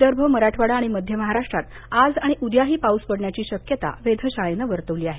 विदर्भ मराठवाडा आणि मध्य महाराष्ट्रात आज आणि उद्याही पाऊस पडण्याची शक्यता वेधशाळेनं वर्तवली आहे